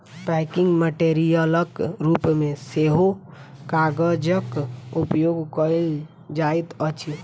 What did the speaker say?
packing मेटेरियलक रूप मे सेहो कागजक उपयोग कयल जाइत अछि